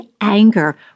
anger